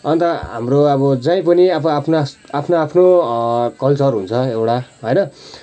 अन्त हाम्रो अब जहीँ पनि आफ्नो आफ्नो कल्चर हुन्छ एउटा होइन